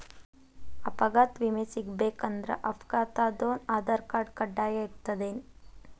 ಅಪಘಾತ್ ವಿಮೆ ಸಿಗ್ಬೇಕಂದ್ರ ಅಪ್ಘಾತಾದೊನ್ ಆಧಾರ್ರ್ಕಾರ್ಡ್ ಕಡ್ಡಾಯಿರ್ತದೇನ್?